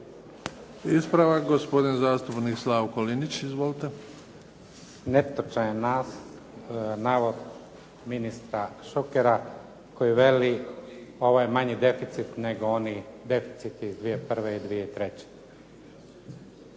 Ispravak gospodin zastupnik Slavko Linić. **Linić, Slavko (SDP)** Netočan je navod ministra Šukera koji veli, ovo je manji deficit nego oni deficiti 2001. i 2003.